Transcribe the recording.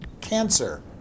cancer